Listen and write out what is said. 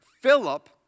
Philip